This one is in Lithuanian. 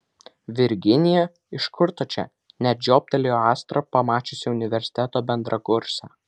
virginija iš kur tu čia net žioptelėjo astra pamačiusi universiteto bendrakursę